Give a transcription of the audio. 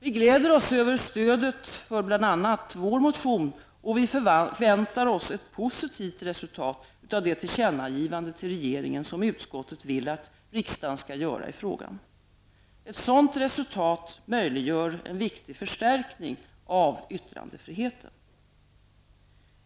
Vi gläder oss över stödet för bl.a. vår motion, och vi förväntar oss ett positivt resultat av det tillkännagivande till regeringen som utskottet vill att riksdagen skall göra i frågan. Ett sådant resultat möjliggör en viktig förstärkning av yttrandefriheten.